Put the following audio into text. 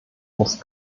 muss